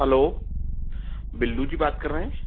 hello Billu ji बात कर रहे हैं